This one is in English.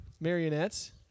marionettes